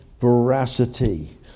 veracity